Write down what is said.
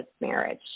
marriage